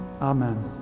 amen